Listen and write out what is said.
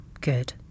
Good